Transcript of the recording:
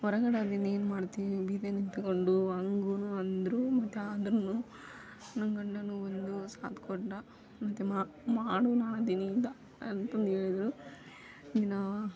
ಹೊರಗಡೆ ಅಲ್ಲಿ ನೀನು ಏನು ಮಾಡ್ತಿ ಬೀದಿಯಲ್ಲಿ ನಿಂತ್ಕೊಂಡು ಹಂಗೂ ಅಂದರು ಮತ್ತೆ ಆದರೂ ನನ್ನ ಗಂಡನೂ ಒಂದು ಸಾಥ್ ಕೊಡಲಾ ಮತ್ತು ಮಾಡು ನಾನು ಅದೀನಿ ಅಂದು ಅಂತಂದೇಳಿದ್ರು ನೀನು